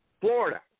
Florida